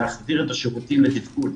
להחזיר את השירותים לתפקוד,